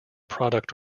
product